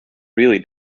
really